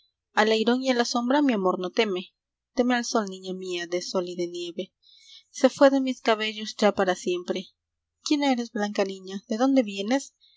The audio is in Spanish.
airón y a la sombra mi amor no teme teme al sol niña mía de sol y nieve áu se fue de mis cabellos ya para siempre quién eres blanca niña de dónde vienes